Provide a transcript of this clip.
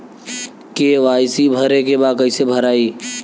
KYC भरे के बा कइसे भराई?